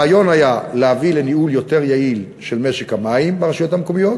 הרעיון היה להביא לניהול יותר יעיל של משק המים ברשויות המקומיות,